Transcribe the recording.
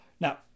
Now